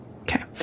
Okay